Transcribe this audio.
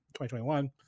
2021